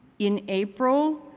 in april,